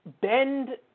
bend